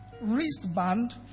wristband